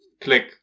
click